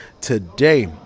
today